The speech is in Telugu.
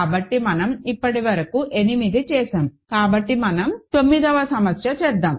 కాబట్టి మనం ఇప్పటివరకు 8 చేసాము కాబట్టి మనం 9వ సమస్య చేద్దాం